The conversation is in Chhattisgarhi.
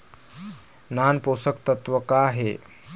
नान पोषकतत्व का हे?